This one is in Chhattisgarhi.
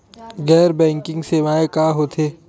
गैर बैंकिंग सेवाएं का होथे?